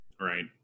Right